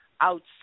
outside